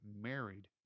married